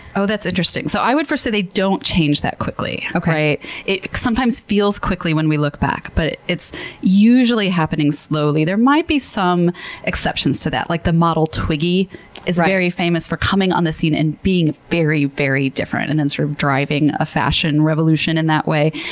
oh, that's interesting. so i would first say they don't change that quickly. it sometimes feels quick when we look back, but it's usually happening slowly. there might be some exceptions to that. like the model twiggy is very famous for coming on the scene and being very, very different and then sort of driving a fashion revolution in that way.